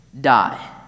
die